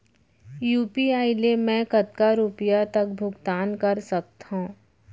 UPI ले मैं कतका रुपिया तक भुगतान कर सकथों